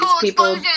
people